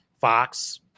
Fox